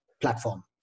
platform